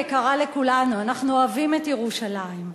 אני לא שומעת.